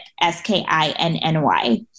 S-K-I-N-N-Y